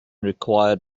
required